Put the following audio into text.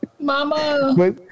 Mama